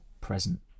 present